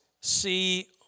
see